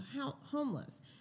homeless